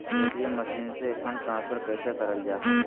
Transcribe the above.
ATM machine से fund transfer कैसे करल जा है?